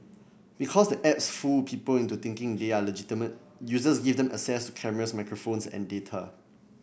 because the apps fool people into thinking they are legitimate users give them access cameras microphones and data